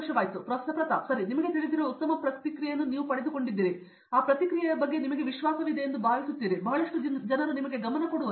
ಪ್ರತಾಪ್ ಹರಿದಾಸ್ ಸರಿ ನಿಮಗೆ ತಿಳಿದಿರುವ ಉತ್ತಮ ಪ್ರತಿಕ್ರಿಯೆಯನ್ನು ನೀವು ಪಡೆದುಕೊಂಡಿದ್ದೀರಿ ಮತ್ತು ಆ ಪ್ರತಿಕ್ರಿಯೆಯ ಬಗ್ಗೆ ನಿಮಗೆ ವಿಶ್ವಾಸವಿದೆ ಎಂದು ಭಾವಿಸುತ್ತಾರೆ ಬಹಳಷ್ಟು ಜನರು ನಿಮಗೆ ಗಮನ ಕೊಡುವರು